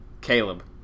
Caleb